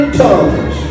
tongues